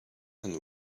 and